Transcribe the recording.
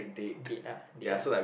date ah date ah